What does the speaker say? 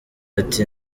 ati